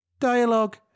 Dialogue